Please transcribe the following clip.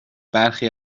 برخی